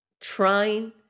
trying